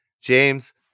James